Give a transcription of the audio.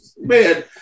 man